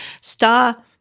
star